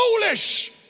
foolish